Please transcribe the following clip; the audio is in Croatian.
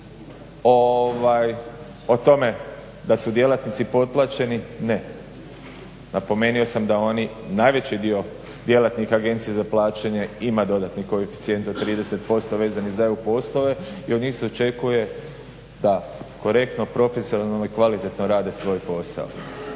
o tome da su djelatnici potplaćeni, ne, napomenuo sam da oni najveći dio djelatnik Agencije za plaćanje ima dodatni koeficijent od 30% vezanih za EU poslove i od njih se očekuje da korektno, profesionalno i kvalitetno rade svoj posao.